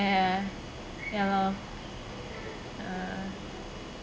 eh ya lor uh